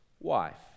wife